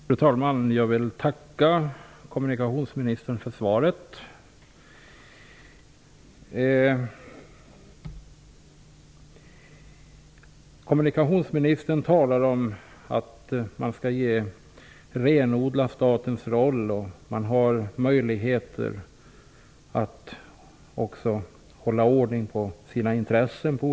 Fru talman! Jag vill tacka kommunikationsministern för svaret. Kommunikationsministern säger att statens roll skall renodlas och att det finns möjligheter att hålla ordning på intressena.